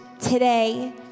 today